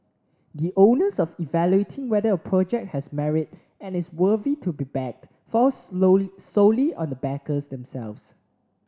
the onus of evaluating whether a project has merit and is worthy to be backed falls solely on the backers themselves